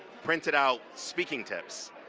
printed out speaking tips.